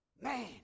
Man